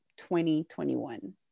2021